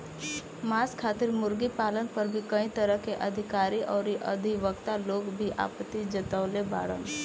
मांस खातिर मुर्गी पालन पर भी कई तरह के अधिकारी अउरी अधिवक्ता लोग भी आपत्ति जतवले बाड़न